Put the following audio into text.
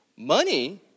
Money